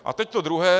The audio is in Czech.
A teď to druhé.